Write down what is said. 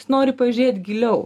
jis nori pažiūrėt giliau